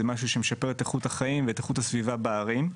זה משהו שמשפר את איכות החיים ואת איכות הסביבה בערים.